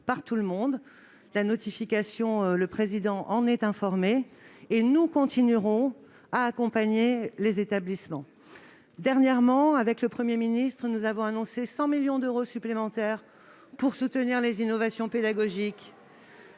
par tout le monde. Le Président est informé de la notification et nous continuerons à accompagner les établissements. Dernièrement, le Premier ministre et moi-même avons annoncé 100 millions d'euros supplémentaires pour soutenir les innovations pédagogiques.